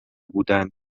بودند